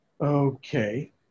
Okay